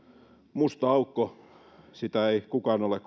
musta aukko sitä ei ole